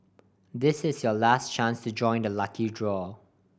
this is your last chance to join the lucky draw